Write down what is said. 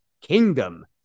Kingdom